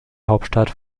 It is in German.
hauptstadt